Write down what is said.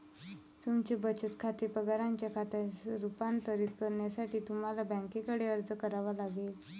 तुमचे बचत खाते पगाराच्या खात्यात रूपांतरित करण्यासाठी तुम्हाला बँकेकडे अर्ज करावा लागेल